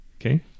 Okay